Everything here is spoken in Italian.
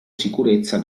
sicurezza